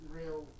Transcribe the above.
real